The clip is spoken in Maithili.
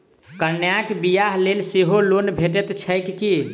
कन्याक बियाह लेल सेहो लोन भेटैत छैक की?